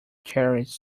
cherries